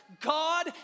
God